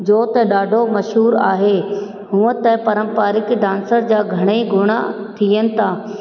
जो त ॾाढो मशहूरु आहे हूअं त परंपारिक डांसर जा घणेई गुण थियनि था